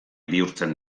bihurtzen